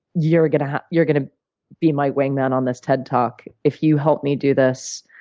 you're gonna you're gonna be my wingman on this ted talk. if you help me do this,